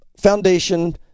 foundation